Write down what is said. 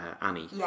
Annie